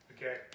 Okay